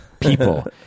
people